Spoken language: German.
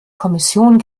kommission